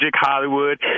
Hollywood